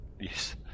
Yes